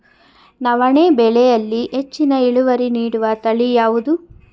ನವಣೆ ಬೆಳೆಯಲ್ಲಿ ಹೆಚ್ಚಿನ ಇಳುವರಿ ನೀಡುವ ತಳಿ ಯಾವುದು?